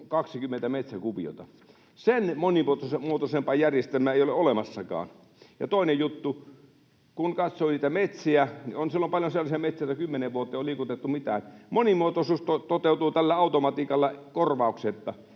20 metsäkuviota, niin sen monimuotoisempaa järjestelmää ei ole olemassakaan. Toinen juttu: kun katsoo niitä metsiä, niin siellä on paljon sellaisia metsiä, joilla kymmeneen vuoteen ei ole liikutettu mitään. Monimuotoisuus toteutuu tällä automatiikalla korvauksetta.